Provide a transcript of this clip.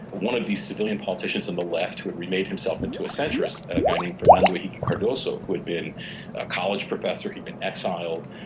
one of these civilian politicians in the left who had remade himself into a centrist, a guy named fernando henrique cardoso who had been a college professor, he'd been exiled,